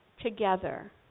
together